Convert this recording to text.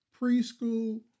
preschool